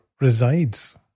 resides